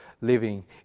living